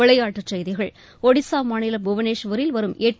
விளையாட்டு செய்திகள் ஒடிஸா மாநிலம் புவனேஸ்வரில் வரும் எட்டு